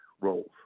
roles